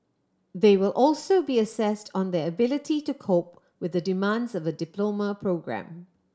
they will also be assessed on their ability to cope with the demands of a diploma programme